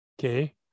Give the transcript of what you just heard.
okay